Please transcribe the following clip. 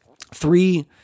three